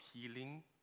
healing